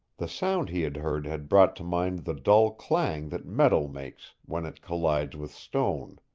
the sound he had heard had brought to mind the dull clang that metal makes when it collides with stone,